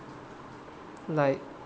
like